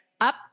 up